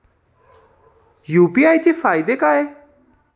UPI चे फायदे काय?